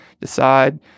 decide